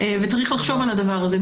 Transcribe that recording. צריך לחשוב על הדבר הזה.